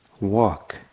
walk